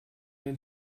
den